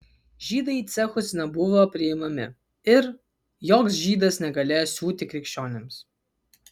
žydai į cechus nebuvo priimami ir joks žydas negalėjo siūti krikščionims